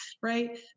Right